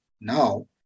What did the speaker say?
now